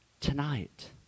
tonight